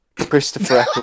Christopher